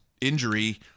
injury